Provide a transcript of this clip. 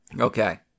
Okay